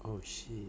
oh shit